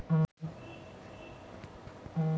सेमी के पत्ता म छेद के का लक्षण हे?